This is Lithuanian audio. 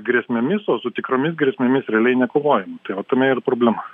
grėsmėmis o su tikromis grėsmėmis realiai nekovojoma tai va tame ir problema